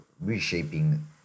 reshaping